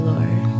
Lord